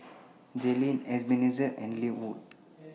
Jaylin Ebenezer and Linwood